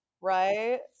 Right